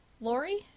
Lori